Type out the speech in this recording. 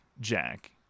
Jack